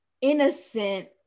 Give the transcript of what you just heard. innocent